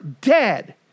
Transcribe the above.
dead